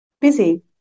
busy